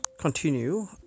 continue